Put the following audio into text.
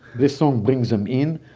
this song brings them in,